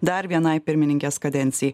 dar vienai pirmininkės kadencijai